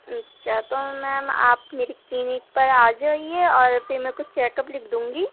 اچھا تو ميم آپ میری کلینک پر آ جائیے اور پھ ر میں کچھ چیکپ لکھ دوں گی